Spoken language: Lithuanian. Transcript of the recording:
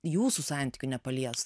jūsų santykių nepalies